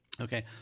Okay